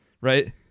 right